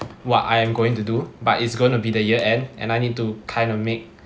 what I am going to do but it's gonna be the year end and I need to kind of make